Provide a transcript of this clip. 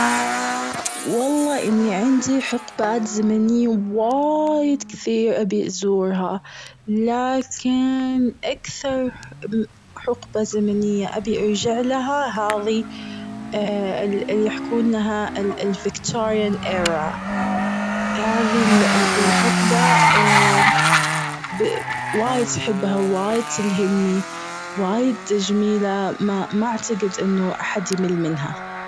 والله إني عندي حقبات زمنية واايد كثير أبي أزورها، لكن أكثر حقبة زمنية أبي ارجع لها هذي ال-اللي يحكونها ال-ال Victorian ERA هذي ال-الحقبة وايد أحبها وايد تلهمني وايد جميلة ما-ما أعتقد أنه أحد يمل منها.